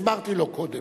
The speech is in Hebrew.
הסברתי לו קודם.